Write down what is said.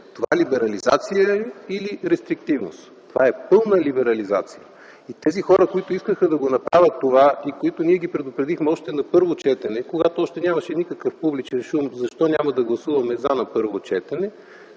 това либерализация или е рестриктивност? Това е пълна либерализация. Тези хора, които искаха да го направят и които предупредихме още на първо четене, когато нямаше още никакъв публичен шум, защо няма да гласуваме „за” на първо четене,